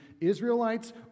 Israelites